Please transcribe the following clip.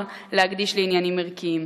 די זמן להקדיש לעניינים ערכיים.